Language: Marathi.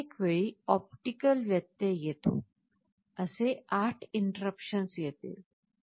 प्रत्येक वेळी ऑप्टिकल व्यत्यय येतो असे 8 interruptions येतील